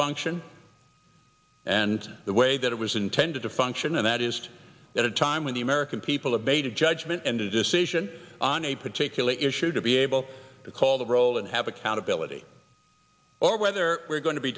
function and the way that it was intended to function and that is at a time when the american people have made a judgment and a decision on a particular issue to be able to call the roll and have accountability or whether we're going to be